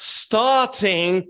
starting